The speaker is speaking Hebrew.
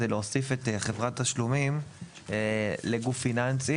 זה להוסיף את חברת התשלומים לגוף פיננסי